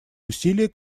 усилия